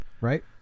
right